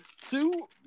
Two